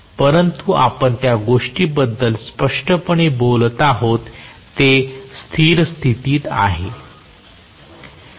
परंतु आपण ज्या गोष्टींबद्दल स्पष्टपणे बोलत आहोत ते स्थिर स्थितीत आहे